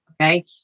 okay